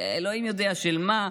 אלוהים יודע של מה,